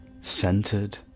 centered